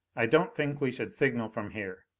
i don't think we should signal from here.